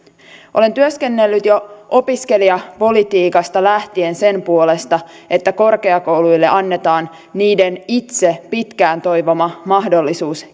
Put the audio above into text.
olen työskennellyt jo opiskelijapolitiikasta lähtien sen puolesta että korkeakouluille annetaan niiden itse pitkään toivoma mahdollisuus